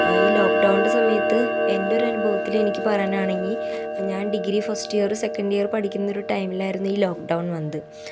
ഈ ലോക്ക് ഡൗണ്ൻ്റെ സമയത്ത് എന്റോരനുഭവത്തിലെനിക്ക് പറയാനാണെങ്കിൽ ഞാൻ degree first year second year പഠിക്കുന്നൊരു ടൈമിലാരുന്നീ ലോക്ക് ഡൗൺ വന്നത്